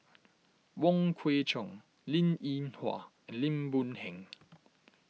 Wong Kwei Cheong Linn in Hua and Lim Boon Heng